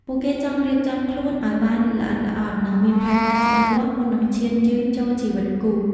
ពួកគេចង់រៀបចំខ្លួនឱ្យបានល្អិតល្អន់ និងមានផែនការច្បាស់លាស់មុននឹងឈានជើងចូលជីវិតគូ។